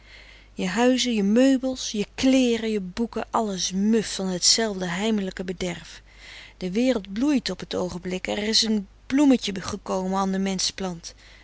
je huizen je meubels je kleeren je boeken alles muft van hetzelfde heimelijke bederf de wereld bloeit op t oogenblik er is een bloemetje gekomen an de